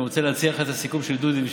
ואני רוצה להציג לך את הסיכום של דודי ושלי,